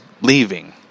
leaving